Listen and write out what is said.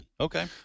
Okay